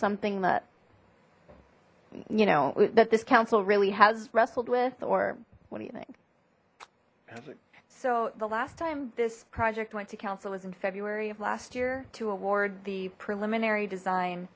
something that you know that this council really has wrestled with or what do you think so the last time this project went to council was in february of last year to award the preliminary design